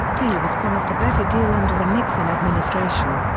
thieu was promised a better deal under a nixon administration.